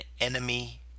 enemy